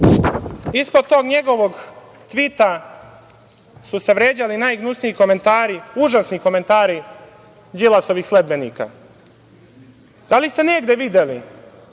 Ispod tog njegovog tvita su se ređali najgnusniji komentari, užasni komentari Đilasovih sledbenika. Da li ste negde videli